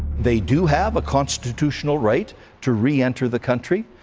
they do have a constitutional right to re-enter the country,